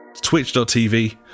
twitch.tv